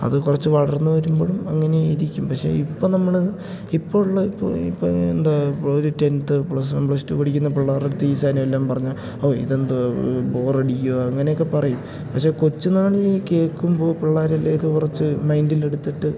അത് കുറച്ച് വളർന്നുവരുമ്പോഴും അങ്ങനെയിരിക്കും പക്ഷേ ഇപ്പോള് നമ്മള് ഇപ്പോഴുള്ള എന്താണ് ഒരു tenth plus one plus two പഠിക്കുന്ന പിള്ളാരുടെയടുത്ത് ഈ സാധനമെല്ലാം പറഞ്ഞാല് ഓ ഇതെന്തോന്ന് ബോറടിക്കുകയാണ് അങ്ങനെയൊക്കെ പറയും പക്ഷേ കൊച്ചുന്നാളിൽ കേള്ക്കുമ്പോള് പിള്ളാരെല്ലാം ഇത് കുറച്ച് മൈൻഡിലെടുത്തിട്ട്